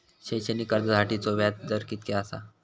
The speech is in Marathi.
शैक्षणिक कर्जासाठीचो व्याज दर कितक्या आसा?